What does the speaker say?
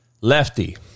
Lefty